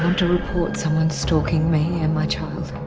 to report someone stalking me and my child.